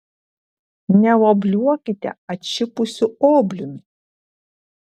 neobliuokite atšipusiu obliumi